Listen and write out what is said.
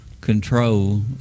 control